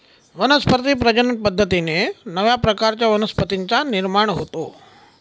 वनस्पती प्रजनन पद्धतीने नव्या प्रकारच्या वनस्पतींचा निर्माण होतो